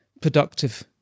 productive